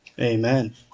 Amen